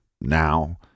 now